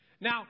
Now